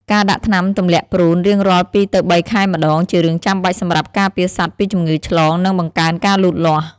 ការដាក់ថ្នាំទម្លាក់ព្រូនរៀងរាល់ពីរទៅបីខែម្ដងជារឿងចាំបាច់សម្រាប់ការពារសត្វពីជំងឺឆ្លងនិងបង្កើនការលូតលាស់។